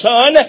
Son